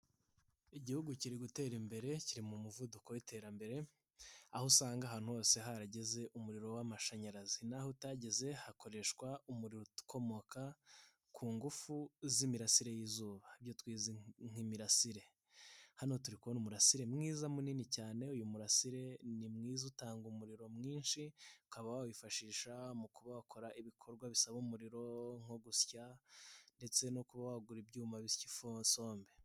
Igihugu kiri gutera imbere kiri mu muvuduko w'iterambere aho usanga ahantu hose harageze umuriro w'amashanyarazi. Naho utageze hakoreshwa umuriro ukomoka ku ngufu z'imirasire y'izuba ibyo tuziI nk'imirasire. Hano turi kubona umurasire mwiza munini cyane, uyu murasire ni mwiza utanga umuriro mwinshi ukaba wawiifashisha mu kuba wakora ibikorwa bisaba umuriro nko gusya ndetse no kuba wagura ibyuma bisya isombe.